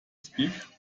speak